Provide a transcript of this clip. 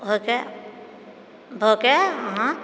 होके भएके अहाँ